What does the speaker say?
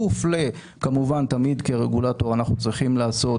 כמובן תמיד כרגולטור אנחנו צריכים לעשות